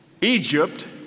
Egypt